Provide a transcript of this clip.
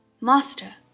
Master